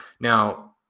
Now